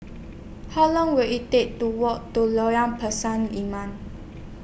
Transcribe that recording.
How Long Will IT Take to Walk to Lorong Pisang Emas